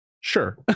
Sure